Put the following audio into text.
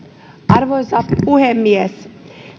arvoisa puhemies